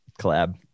collab